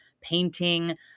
painting